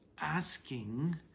asking